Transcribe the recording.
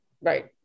right